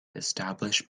established